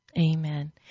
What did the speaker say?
amen